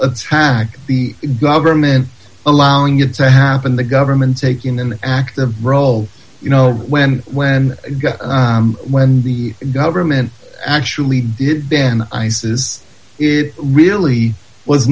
f the government allowing it to happen the government taking an active role you know when when when the government actually did then i says it really was